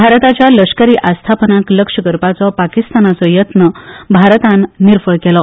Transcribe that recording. भारताच्या लष्करी आस्थापनाक लक्ष करपाचो पाकिस्तानाचो यत्न भारतान निर्फळ केलो